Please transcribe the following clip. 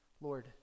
Lord